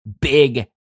Big